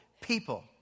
people